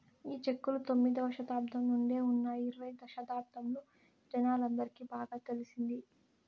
ఈ చెక్కులు తొమ్మిదవ శతాబ్దం నుండే ఉన్నాయి ఇరవై శతాబ్దంలో జనాలందరికి బాగా తెలిసింది